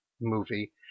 movie